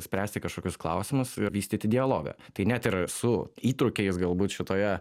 spręsti kažkokius klausimus ir vystyti dialogą tai net ir su įtrūkiais galbūt šitoje